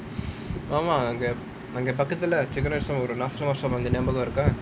ஆமா அங்க பக்கத்துல:aamaa anga pakathula chicken rice shop nasi lemak shop ஞாபகம் இருக்கா:nyabagam irukkaa